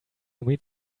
meet